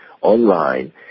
online